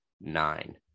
nine